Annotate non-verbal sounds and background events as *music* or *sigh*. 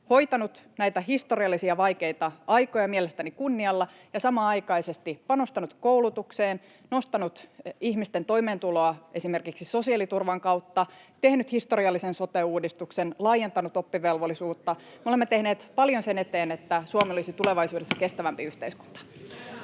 hoitanut näitä historiallisia, vaikeita aikoja mielestäni kunnialla, ja samanaikaisesti panostanut koulutukseen, nostanut ihmisten toimeentuloa, esimerkiksi sosiaaliturvan kautta, tehnyt historiallisen sote-uudistuksen, laajentanut oppivelvollisuutta. Me olemme tehneet paljon sen eteen, *noise* että Suomi olisi tulevaisuudessa kestävämpi yhteiskunta.